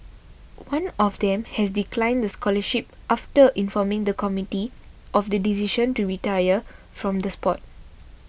one of them has declined the scholarship after informing the committee of the decision to retire from the sport